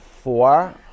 four